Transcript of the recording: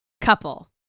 couple